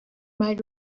might